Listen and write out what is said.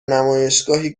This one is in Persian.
نمایشگاهی